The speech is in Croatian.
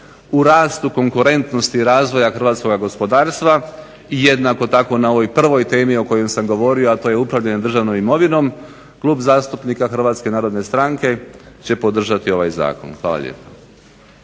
u rastu konkurentnosti razvoja hrvatskoga gospodarstva i jednako tako na ovoj prvoj temi o kojoj sam govorio, a to je upravljanje državnom imovinom, Klub zastupnika Hrvatske narodne stranke će podržati ovaj zakon. Hvala lijepa.